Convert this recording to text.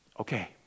okay